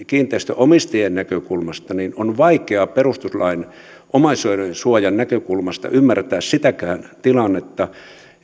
kiinteistönomistajien näkökulmasta on vaikea perustuslain omaisuudensuojan näkökulmasta ymmärtää sitäkään tilannetta